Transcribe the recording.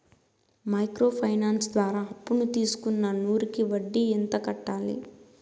Micro finance ద్వారా అప్పును తీసుకున్న నూరు కి వడ్డీ ఎంత కట్టాలి?